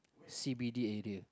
C_B_D area